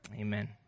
amen